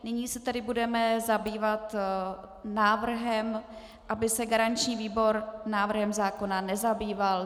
Nyní se tedy budeme zabývat návrhem, aby se garanční výbor návrhem zákona nezabýval.